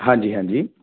ਹਾਂਜੀ ਹਾਂਜੀ